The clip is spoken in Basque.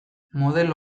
modelo